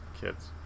kids